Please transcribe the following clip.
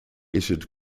issued